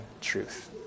truth